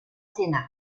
sénat